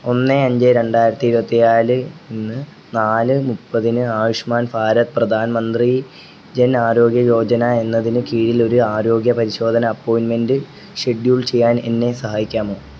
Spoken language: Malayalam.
ഒന്ന് അഞ്ച് രണ്ടായിരത്തി ഇരുപത്തിനാല് ന് നാല് മുപ്പതിന് ആയുഷ്മാൻ ഭാരത് പ്രധാൻ മന്ത്രി ജൻ ആരോഗ്യ യോജന എന്നതിന് കീഴിൽ ഒരു ആരോഗ്യ പരിശോധന അപ്പോയിൻ്റ്മെൻ്റ് ഷെഡ്യൂൾ ചെയ്യാൻ എന്നെ സഹായിക്കാമോ